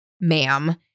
ma'am